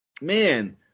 man